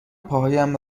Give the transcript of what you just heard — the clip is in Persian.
پاهایم